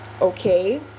okay